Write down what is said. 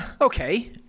Okay